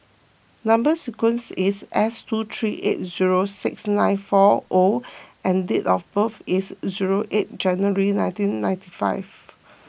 Number Sequence is S two three eight zero six nine four O and date of birth is zero eight January nineteen ninety five